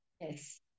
Yes